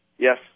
Yes